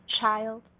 child